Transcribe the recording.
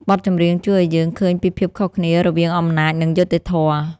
បទចម្រៀងជួយឱ្យយើងឃើញពីភាពខុសគ្នារវាងអំណាច និងយុត្តិធម៌។